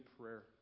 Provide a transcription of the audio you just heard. prayer